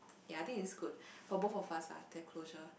ya I think it's good for both of us ah to have closure